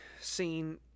seen